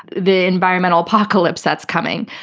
the environmental apocalypse that's coming.